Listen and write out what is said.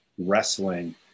wrestling